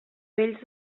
vells